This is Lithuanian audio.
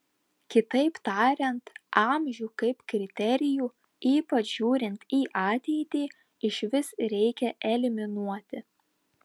kitaip tariant amžių kaip kriterijų ypač žiūrint į ateitį išvis reikia eliminuoti